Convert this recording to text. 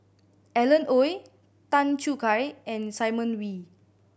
Alan Oei Tan Choo Kai and Simon Wee